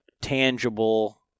tangible